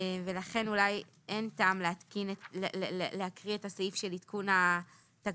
ולכן אין טעם להקריא את הסעיף של עדכון התגמולים,